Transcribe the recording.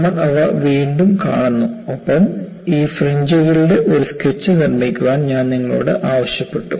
നമ്മൾ അവ വീണ്ടും കാണും ഒപ്പം ഈ ഫ്രിഞ്ച്കളുടെ ഒരു സ്കെച്ച് നിർമ്മിക്കാൻ ഞാൻ നിങ്ങളോട് ആവശ്യപ്പെട്ടു